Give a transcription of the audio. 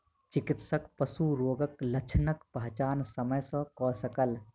चिकित्सक पशु रोगक लक्षणक पहचान समय सॅ कय सकल